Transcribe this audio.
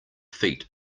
feet